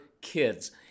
kids